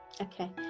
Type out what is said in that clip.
Okay